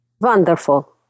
Wonderful